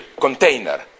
container